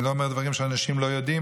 אני לא אומר דברים שאנשים לא יודעים,